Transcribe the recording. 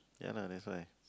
ya lah that's why